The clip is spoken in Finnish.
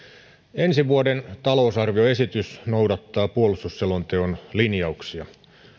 ensi vuoden talousarvioesitys noudattaa puolustusselonteon linjauksia